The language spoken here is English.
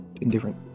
indifferent